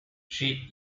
she